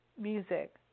music